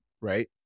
Right